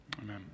Amen